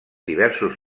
diversos